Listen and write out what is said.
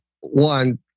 one